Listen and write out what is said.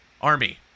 army